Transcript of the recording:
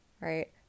right